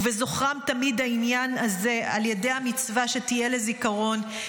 ובזוכרם תמיד העניין הזה על יד המצווה שתהיה לזיכרון,